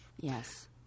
Yes